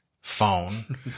phone